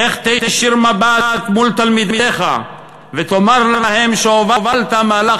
איך תישיר מבט מול תלמידיך ותאמר להם שהובלת מהלך